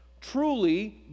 Truly